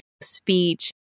speech